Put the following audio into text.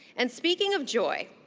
and speaking of joy,